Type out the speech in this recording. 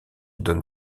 donne